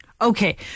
Okay